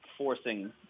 forcing